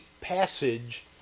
passage